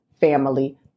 family